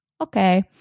okay